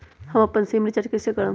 हम अपन SIM recharge कइसे करम?